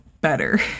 better